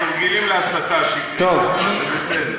אנחנו רגילים להסתה השקרית הזאת, זה בסדר.